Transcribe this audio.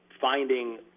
finding